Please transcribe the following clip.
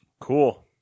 Cool